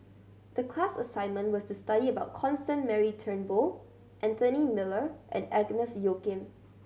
the class assignment was to study about Constance Mary Turnbull Anthony Miller and Agnes Joaquim